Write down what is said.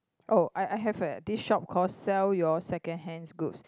oh I I have eh this shop called sell your secondhand goods